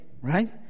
right